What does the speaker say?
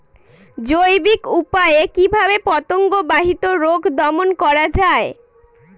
জৈবিক উপায়ে কিভাবে পতঙ্গ বাহিত রোগ দমন করা যায়?